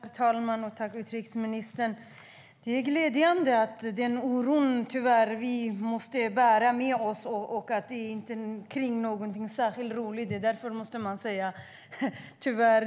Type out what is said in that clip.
Herr talman! Tack, utrikesministern! Tyvärr måste vi bära den här oron med oss. Det är inte någonting särskilt roligt, kan man säga.